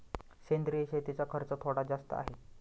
सेंद्रिय शेतीचा खर्च थोडा जास्त आहे